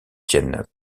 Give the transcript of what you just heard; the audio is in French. tiennent